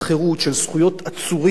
של זכויות עצורים,